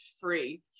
free